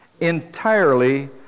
entirely